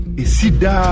isida